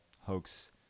hoax